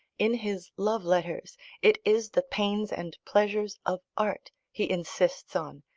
in his love-letters it is the pains and pleasures of art he insists on,